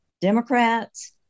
Democrats